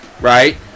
right